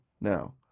Now